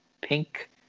Pink